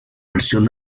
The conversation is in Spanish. versión